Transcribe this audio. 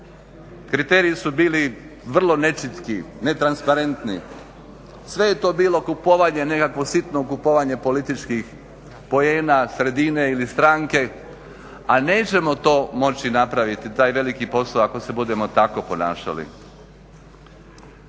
kriteriji su bili vrlo nečitki, netransparentni, sve je to bilo kupovanje nekakvo sitno kupovanje političkih poena, sredine ili stranke, a nećemo to moći napraviti taj veliki posao ako se budemo tako ponašali.